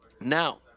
Now